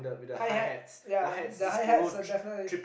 hi hat ya the hi hats definitely